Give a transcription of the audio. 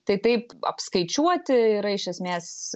tai taip apskaičiuoti yra iš esmės